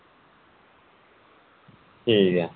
ठीक ऐ